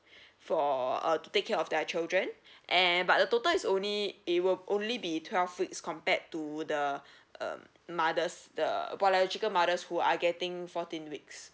for a to take care of their children and but the total is only it will only be twelve weeks compared to the uh mothers the mothers who are getting fourteen weeks